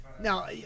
now